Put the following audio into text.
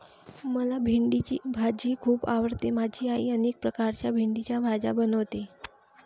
मला भेंडीची भाजी खूप आवडते माझी आई अनेक प्रकारच्या भेंडीच्या भाज्या बनवते